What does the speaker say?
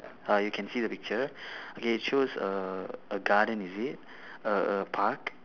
uh you can see the picture K choose a a garden is it a a park